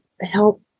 help